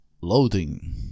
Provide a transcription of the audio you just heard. Loading